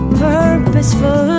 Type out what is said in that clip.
purposeful